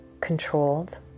controlled